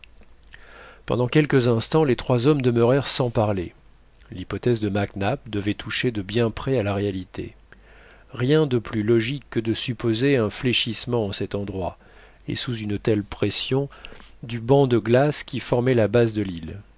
pendant quelques instants ces trois hommes demeurèrent sans parler l'hypothèse de mac nap devait toucher de bien près à la réalité rien de plus logique que de supposer un fléchissement en cet endroit et sous une telle pression du banc de glace qui formait la base de l'île